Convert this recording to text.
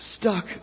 stuck